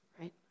Right